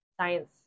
science